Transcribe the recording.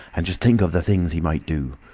and just think of the things he might do!